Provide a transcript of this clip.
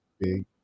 big